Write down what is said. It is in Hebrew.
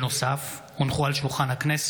נוסף על כך